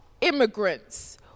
immigrants